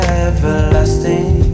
everlasting